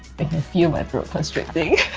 but can feel my throat constricting.